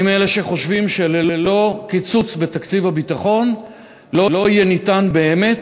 אני מאלה שחושבים שללא קיצוץ בתקציב הביטחון לא יהיה אפשר באמת